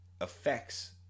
affects